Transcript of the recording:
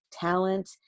talent